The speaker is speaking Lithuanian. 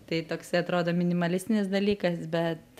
tai toksai atrodo minimalistinis dalykas bet